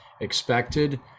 expected